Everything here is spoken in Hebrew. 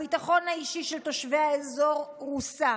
הביטחון האישי של תושבי האזור רוסק,